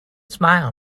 smile